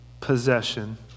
possession